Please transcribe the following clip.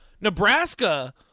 Nebraska